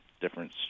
different